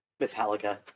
Metallica